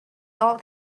told